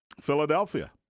Philadelphia